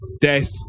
death